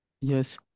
Yes